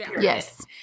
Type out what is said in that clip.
Yes